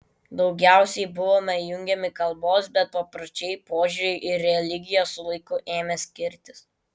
daugiausiai buvome jungiami kalbos bet papročiai požiūriai ir religija su laiku ėmė skirtis